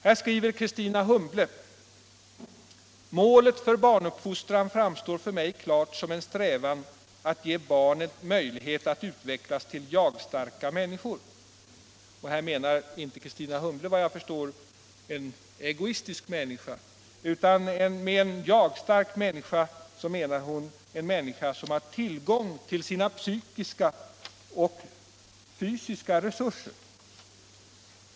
Där skriver Kristina Humble: ”Målet för barnuppfostran framstår för mig klart som en strävan att ge barnen möjlighet att utvecklas till jagstarka människor.” Och här menar inte Kristina Humble, såvitt jag förstår, en egoistisk människa, utan med en jagstark människa menar hon en människa som har tillgång till sina psykiska och fysiska resurser.